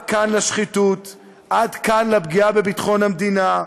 עד כאן לשחיתות, עד כאן לפגיעה בביטחון המדינה,